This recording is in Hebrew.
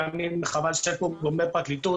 חבל שלא נמצאים כאן גורמי הפרקליטות